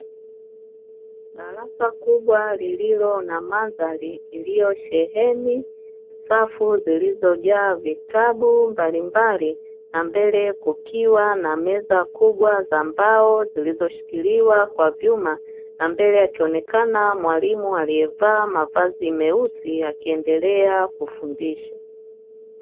Darasa kubwa lililo na mandhari iliyosheheni safu zilizojaa vitabu mbalimbali na mbele kukiwa na meza kubwa za mbao, zilizoshikiliwa kwa vyuma na mbele kukionekana mwalimu alievaa mavazi meusi akiendelea kufundisha.